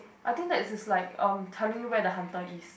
I think that is like um telling you where the hunter is